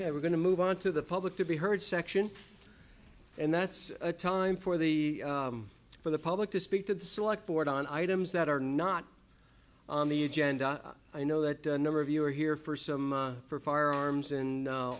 they were going to move on to the public to be heard section and that's a time for the for the public to speak to the select board on items that are not on the agenda i know that a number of you are here for some for firearms in a